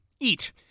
Eat